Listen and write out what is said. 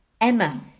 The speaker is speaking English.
Emma